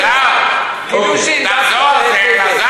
אלעזר, תחזור על זה.